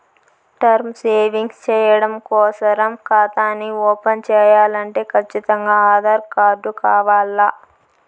term savings చెయ్యడం కోసరం కాతాని ఓపన్ చేయాలంటే కచ్చితంగా ఆధార్ కార్డు కావాల్ల